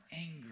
anger